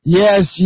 yes